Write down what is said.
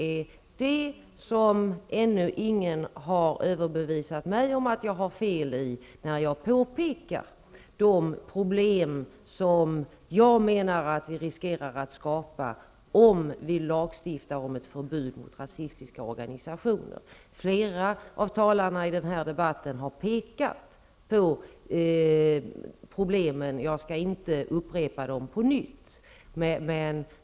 Ännu har ingen överbevisat mig om att jag har fel när jag påpekar de problem som jag menar att vi riskerar att skapa om vi lagstiftar om ett förbud mot rasistiska organisationer. Flera av talarna i den här debatten har pekat på problemen -- jag skall inte upprepa dem.